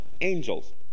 angels